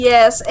Yes